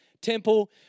Temple